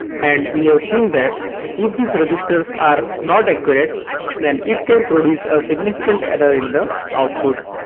and we have seen that if these resistors are not accurate then it can produce a significant error in the output.